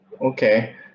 okay